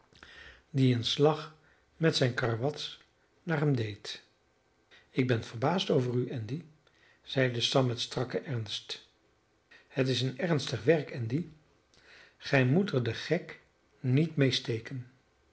die een slag met zijn karwats naar hem deed ik ben verbaasd over u andy zeide sam met strakken ernst het is een ernstig werk andy gij moet er den gek niet mee steken